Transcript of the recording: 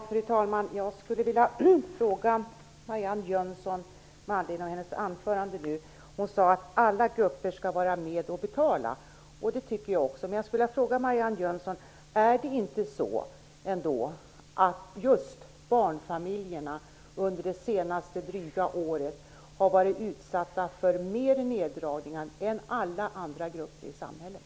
Fru talman! Jag skulle vilja ställa en fråga till Marianne Jönsson med anledning av hennes anförande. Hon sade att alla grupper skall vara med och betala, och det tycker jag också. Men jag skulle vilja fråga Marianne Jönsson: Har inte just barnfamiljerna under det senaste dryga året varit utsatta för större neddragningar än alla andra grupper i samhället?